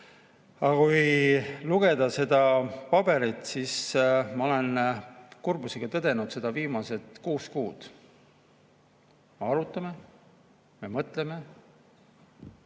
Aga kui lugeda seda paberit, siis ma olen kurbusega tõdenud viimased kuus kuud, et me arutame, me mõtleme,